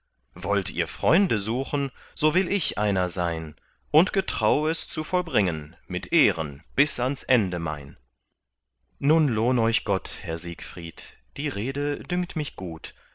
wollt ihr freunde suchen so will ich einer sein und getrau es zu vollbringen mit ehren bis ans ende mein nun lohn euch gott herr siegfried die rede dünkt mich gut